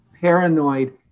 paranoid